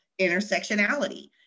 intersectionality